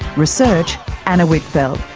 research anna whitfeld,